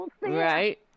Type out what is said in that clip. Right